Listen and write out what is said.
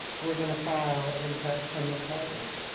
we're gonna file and press criminal charges.